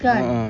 ah ah